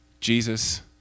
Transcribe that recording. Jesus